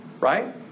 Right